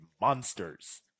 monsters